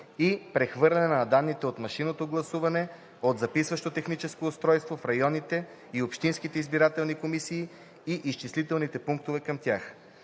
и прехвърляне на данните за машинното гласуване от записващото техническо устройство в районните и общинските избирателни комисии и изчислителните пунктове към тях.